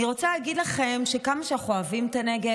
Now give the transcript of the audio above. אני רוצה להגיד לכם שכמה שאנחנו אוהבים את הנגב,